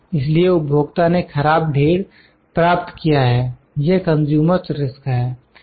इसलिए उपभोक्ता ने खराब ढेर प्राप्त किया है यह कंज्यूमर्स रिस्क consumer's risk है